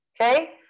okay